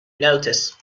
notice